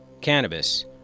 cannabis